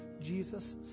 Jesus